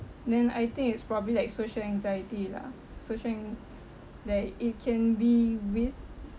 then I think it's probably like social anxiety lah social an~ like it can be with